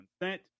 consent